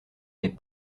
est